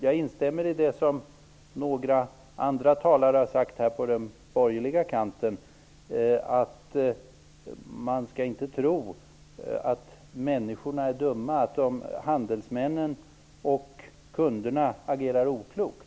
Jag instämmer i det som några andra talare på den borgerliga kanten här har sagt, nämligen att man inte skall tro att människorna är dumma och att handelsmännen och kunderna agerar oklokt.